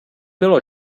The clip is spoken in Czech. bylo